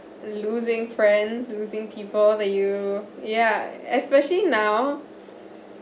losing friends losing people the you yeah especially now